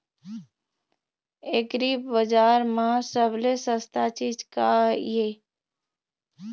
एग्रीबजार म सबले सस्ता चीज का ये?